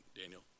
Daniel